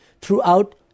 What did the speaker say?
throughout